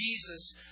Jesus